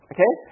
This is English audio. Okay